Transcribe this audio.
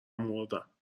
مردم